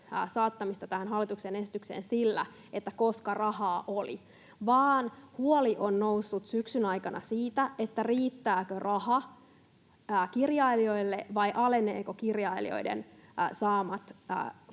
saattamista tähän hallituksen esitykseen sillä, että ”koska rahaa oli”, vaan huoli on noussut syksyn aikana siitä, riittääkö raha kirjailijoille vai alenevatko kirjailijoiden saamat